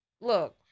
look